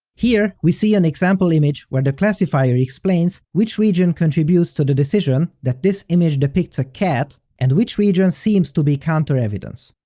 here, we see an example image where the classifier explains which region contributes to the decision that this image depicts a cat, and which region seems to be counterevidence.